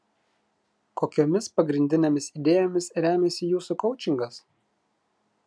kokiomis pagrindinėmis idėjomis remiasi jūsų koučingas